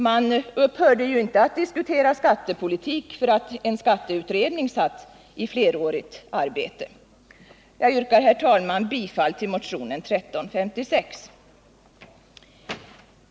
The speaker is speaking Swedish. Man upphörde ju inte att diskutera skattepolitik för att en skatteutredning satt i flerårigt arbete. Jag yrkar, herr talman, bifall till motionen 1356.